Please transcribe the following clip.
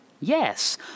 Yes